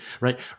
right